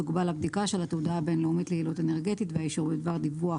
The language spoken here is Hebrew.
תוגבל הבדיקה של התעודה הבין-לאומית ליעילות אנרגטית והאישור בדבר דיווח